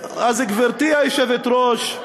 גברתי היושבת-ראש,